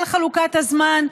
על חלוקת הזמן,